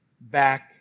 back